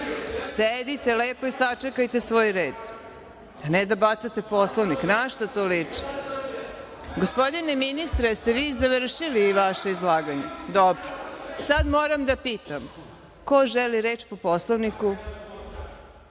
lepo i sačekajte svoj red, a ne da bacate Poslovnik. Na šta to liči. Gospodine ministre, jeste li vi završili vaše izlaganje. Dobro. Sad moram da pitam – ko želi reč po Poslovniku? Po